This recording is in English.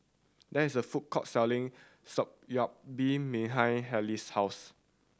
there is a food court selling been behind Halley's house